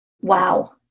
wow